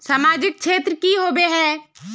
सामाजिक क्षेत्र की होबे है?